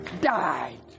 died